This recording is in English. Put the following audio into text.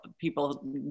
people